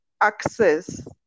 access